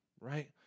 right